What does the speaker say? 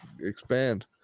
expand